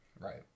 Right